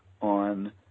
on